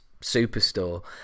superstore